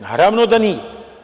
Naravno da nije.